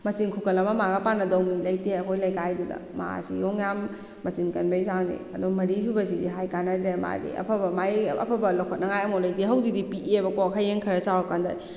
ꯃꯆꯤꯟ ꯈꯨꯀꯟ ꯑꯃ ꯃꯥꯒ ꯄꯥꯟꯅꯗꯧ ꯃꯤ ꯂꯩꯇꯦ ꯑꯩꯈꯣꯏ ꯂꯩꯀꯥꯏꯗꯨꯗ ꯃꯥꯁꯤ ꯌꯥꯝ ꯃꯆꯤꯟ ꯀꯟꯕꯒꯤ ꯆꯥꯡꯁꯦ ꯑꯗꯣ ꯃꯔꯤ ꯁꯨꯕꯁꯤꯗꯤ ꯍꯥꯏ ꯀꯥꯟꯅꯗ꯭ꯔꯦ ꯃꯥꯗꯤ ꯑꯐꯕ ꯃꯥꯒꯤ ꯑꯐꯕ ꯂꯧꯈꯠꯅꯤꯡꯉꯥꯏ ꯑꯃꯐꯥꯎ ꯂꯩꯇꯦ ꯍꯧꯖꯤꯛꯇꯤ ꯄꯤꯛꯏꯕꯀꯣ ꯍꯌꯦꯡ ꯈꯔ ꯆꯥꯎꯔꯀꯥꯟꯗ